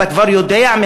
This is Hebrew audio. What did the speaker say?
אתה כבר יודע,